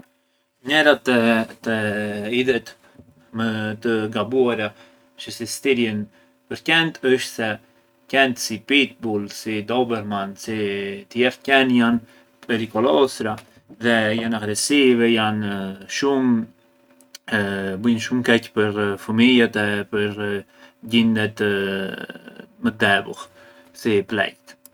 Njera te idhet më të gabuara çë sistirjën për qent është se qenë si i pitbull, i dobermann, si tjerë qenë janë perikolosëra dhe janë aghressivë janë shumë bujën shumë keq për fumijat e për gjindet më debull, si pleqt.